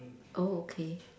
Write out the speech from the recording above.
oh okay